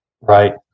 Right